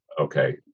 okay